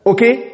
Okay